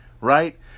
right